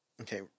Okay